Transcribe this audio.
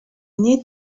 need